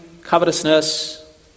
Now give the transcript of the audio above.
covetousness